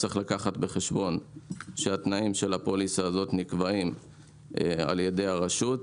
צריך לקחת בחשבון שהתנאים של הפוליסה הזאת נקבעים על ידי הרשות,